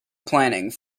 planning